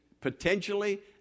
potentially